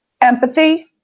empathy